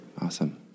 Awesome